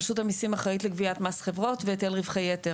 רשות המיסים אחראית לגביית מס חברות והיטל רווחי יתר.